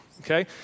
okay